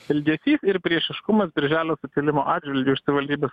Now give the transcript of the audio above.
elgesys ir priešiškumas birželio sukilimo atžvilgiu iš savivaldybės